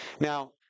Now